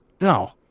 no